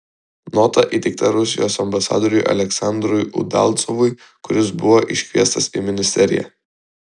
nota įteikta rusijos ambasadoriui aleksandrui udalcovui kuris buvo iškviestas į ministeriją